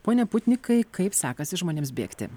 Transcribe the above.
pone putnikai kaip sekasi žmonėms bėgti